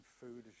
food